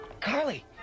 Carly